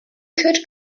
could